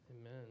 Amen